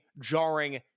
jarring